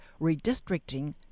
Redistricting